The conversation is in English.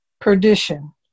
perdition